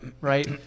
right